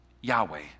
Yahweh